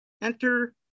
enter